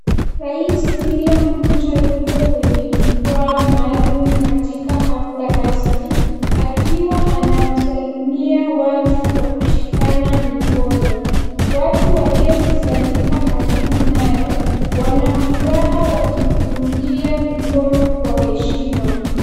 Raisi William Ruto yuko kwenye jukwaa maalum katika hafla rasmi, akiwa anawasalimia watu kwa kushikana mikono. Watu waliokusanyika karibu naye, wanafuraha wakimpungia mikono kwa heshima.